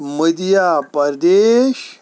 Madhya Pradesh